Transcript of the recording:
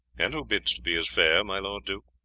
and who bids to be as fair, my lord duke.